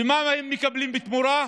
ומה הם מקבלים בתמורה?